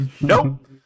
Nope